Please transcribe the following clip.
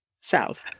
south